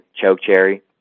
chokecherry